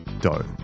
dough